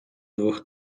двох